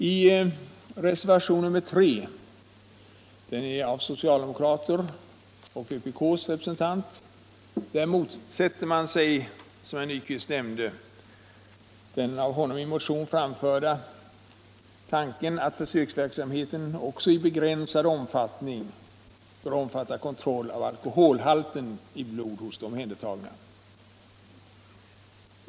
I reservationen 3 från socialdemokraterna och vpk:s representant motsätter man sig, som herr Nyquist nämnde, den av honom i motion framförda tanken att försöksverksamheten också i begränsad omfattning bör omfatta kontroll av alkoholhalten i blodet hos de omhändertagna.